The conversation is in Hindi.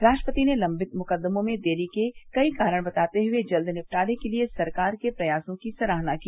राष्ट्रपति ने लंबित मुकदमों में देरी के कई कारण बताते हुए जल्द निपटारे के लिए सरकार के प्रयासों की सराहना की